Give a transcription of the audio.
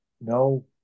no